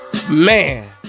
Man